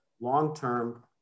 long-term